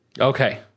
Okay